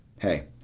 Hey